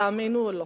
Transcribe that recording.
תאמינו או לא.